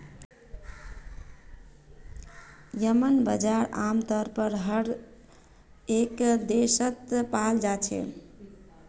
येम्मन बजार आमतौर पर हर एक देशत पाल जा छे